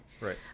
Right